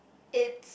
it's